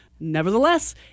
Nevertheless